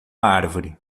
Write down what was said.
árvore